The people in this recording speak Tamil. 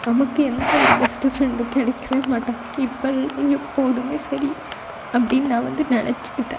நமக்கு எந்த ஒரு பெஸ்ட்டு ஃப்ரெண்டும் கிடைக்கவே மாட்டாங்க இப்போல்ல எப்போதும் சரி அப்படின்னு நான் வந்து நெனைச்சிக்கிட்டேன்